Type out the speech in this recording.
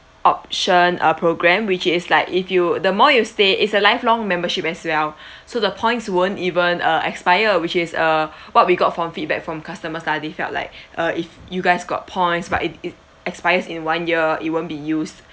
option uh program which is like if you the more you stay is a lifelong membership as well so the points won't even uh expire which is uh what we got from feedback from customers lah they felt like uh if you guys got points but it it expires in one year it won't be used